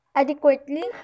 adequately